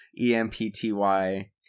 E-M-P-T-Y